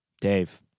Dave